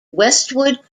westwood